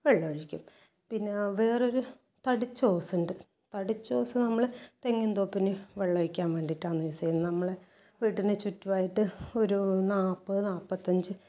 വെള്ളം ഒഴിക്കും പിന്നെ വേറെ ഒരു തടിച്ച ഓസ് ഉണ്ട് തടിച്ച ഓസ് നമ്മൾ തെങ്ങിൻ തോപ്പിന് വെള്ളം ഒഴിക്കാൻ വേണ്ടിയിട്ട് ആണ് യൂസ് ചെയ്യുന്നത് നമ്മളെ വീട്ടിന് ചുറ്റുമായിട്ട് ഒരു നാൽപത് നാൽപത്തിയഞ്ച്